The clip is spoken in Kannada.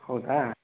ಹೌದಾ